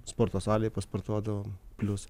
sporto salėj pasportuodavom plius